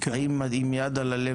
האם עם יד על הלב,